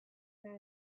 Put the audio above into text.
man